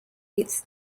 its